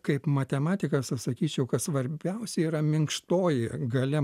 kaip matematikas aš sakyčiau kad svarbiausia yra minkštoji galia